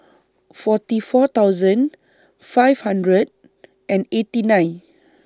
forty four thousand five hundred and eighty nine